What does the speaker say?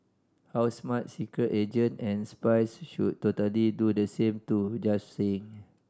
how smart secret agent and spies should totally do the same too just saying